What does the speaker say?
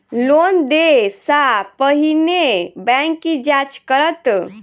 Loan देय सा पहिने बैंक की जाँच करत?